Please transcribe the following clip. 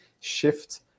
shift